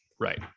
Right